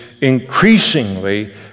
increasingly